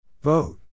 Vote